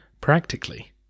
practically